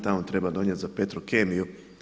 Tamo treba donijeti za Petrokemiju.